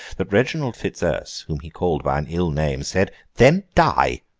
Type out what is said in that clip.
that reginald fitzurse, whom he called by an ill name, said, then die